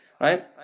Right